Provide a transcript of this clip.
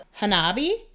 Hanabi